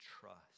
trust